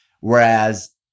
whereas